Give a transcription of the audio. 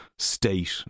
state